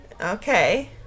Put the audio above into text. Okay